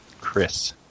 Chris